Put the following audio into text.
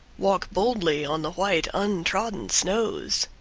walk boldly on the white untrodden snows,